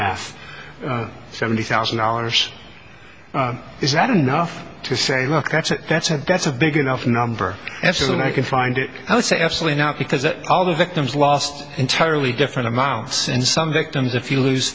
math seventy thousand dollars is that enough to say look that's a that's a that's a big enough number yes and i can find it i would say absolutely not because that all the victims lost entirely different amounts in some victims if you lose